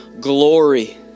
glory